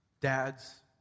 Dads